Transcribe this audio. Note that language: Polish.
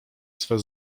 swe